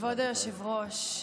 כבוד היושב-ראש,